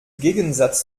gegensatz